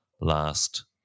last